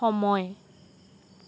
সময়